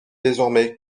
désormais